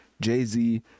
jay-z